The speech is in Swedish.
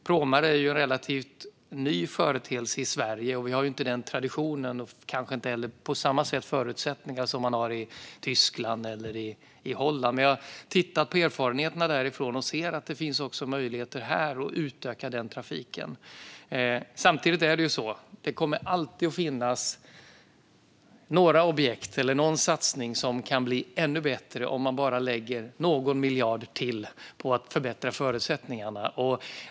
Pråmar är ju en relativt ny företeelse i Sverige. Vi har inte den traditionen och kanske inte heller samma förutsättningar som man har i Tyskland eller i Holland. Vi har dock tittat på erfarenheterna därifrån och ser att det finns möjligheter också här att utöka den trafiken. Samtidigt kommer det alltid att finnas något objekt eller någon satsning som kan bli ännu bättre om man bara lägger någon miljard till på att förbättra förutsättningarna.